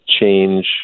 change